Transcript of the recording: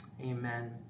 amen